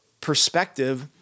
perspective